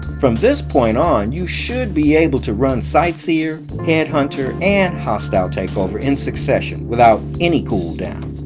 from this point on you should be able to run sightseer, headhunter and hostile takeover, in succession, without any cooldown.